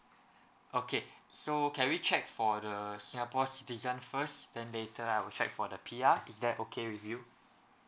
okay so can we check for the singapore citizen first then later I will check for the P_R is that okay with you